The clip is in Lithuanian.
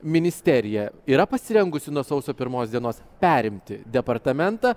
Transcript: ministerija yra pasirengusi nuo sausio pirmos dienos perimti departamentą